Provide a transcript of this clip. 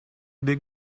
big